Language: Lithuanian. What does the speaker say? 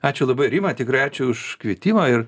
ačiū labai rima tikrai ačiū už kvietimą ir